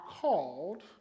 called